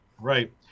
Right